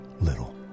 little